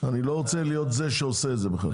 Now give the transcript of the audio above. אני לא רוצה להיות זה שעושה את זה בכלל.